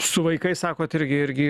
su vaikais sakot irgi irgi